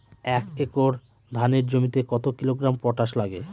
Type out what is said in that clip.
এক একর ধানের জমিতে কত কিলোগ্রাম পটাশ লাগে?